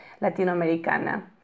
latinoamericana